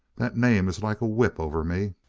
that name is like a whip over me.